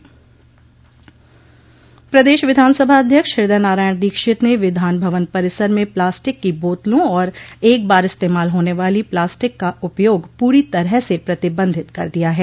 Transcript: प्रदेश विधानसभा अध्यक्ष हृदय नारायण दीक्षित ने विधान भवन परिसर में प्लास्टिक की बोतलों और एकबार इस्तेमाल होने वाली प्लास्टिक का उपयोग पूरी तरह से प्रतिबंधित कर दिया है